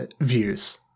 views